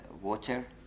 water